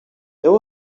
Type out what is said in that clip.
there